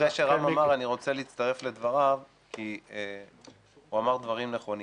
אחרי שרם אמר אני רוצה להצטרף לדבריו כי הוא אמר דברים נכונים.